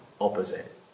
opposite